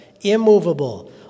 immovable